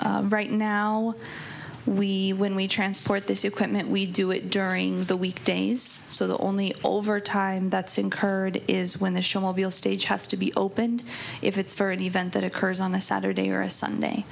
right now we when we transport this equipment we do it during the weekdays so the only overtime that's incurred is when the show will be a stage has to be opened if it's for an event that occurs on a saturday or a sunday